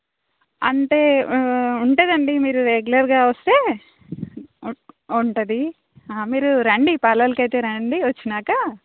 అంటే ఉంటుందండి మీరు రెగ్యులర్గా వస్తే ఉంటుంది మీరు రండి పార్లర్కైతే రండి వచ్చాక